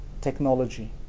Technology